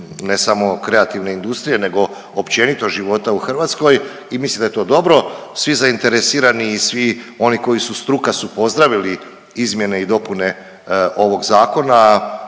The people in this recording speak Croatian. ne samo kreativne industrije nego općenito života u Hrvatskoj i mislim da je to dobro. Svi zainteresirani i svi oni koji su struka su pozdravili izmjene i dopune ovog zakona